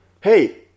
hey